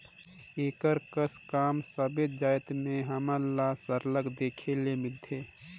एकर कस काम सबेच जाएत में हमन ल सरलग देखे ले मिलथे